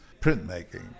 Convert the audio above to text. printmaking